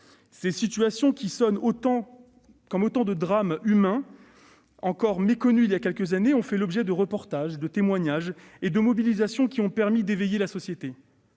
Ces situations, qui résonnent comme autant de drames humains, étaient encore méconnues il y a quelques années, mais elles ont fait l'objet de reportages, de témoignages et de mobilisations qui ont permis d'éveiller la société.